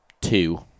Two